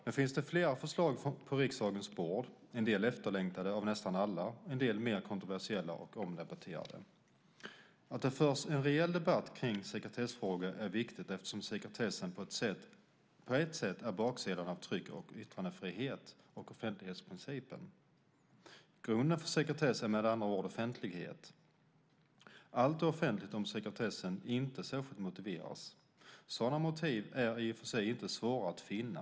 Nu finns det flera förslag på riksdagens bord, en del efterlängtade av nästan alla, en del mer kontroversiella och omdebatterade. Att det förs en rejäl debatt kring sekretessfrågor är viktigt eftersom sekretessen på ett sätt är baksidan av tryck och yttrandefriheten samt offentlighetsprincipen. Grunden för sekretess är med andra ord offentlighet. Allt är offentligt om sekretessen inte särskilt motiveras. Sådana motiv är i och för sig inte svåra att finna.